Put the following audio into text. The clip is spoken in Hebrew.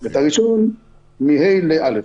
ואת ה- -- מ-ה' ל-א'.